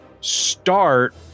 start